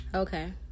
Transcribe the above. Okay